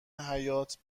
حیات